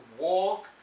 walk